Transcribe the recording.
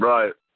Right